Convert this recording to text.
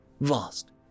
vast